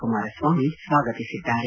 ಕುಮಾರಸ್ವಾಮಿ ಸ್ವಾಗತಿಸಿದ್ದಾರೆ